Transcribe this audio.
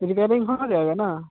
repairing हो जाएगा ना